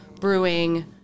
Brewing